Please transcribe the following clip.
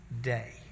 day